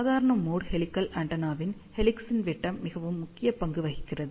சாதாரண mode helical ஆண்டெனாவில் ஹெலிக்ஸின் விட்டம் மிகவும் முக்கிய பங்கு வகிக்கிறது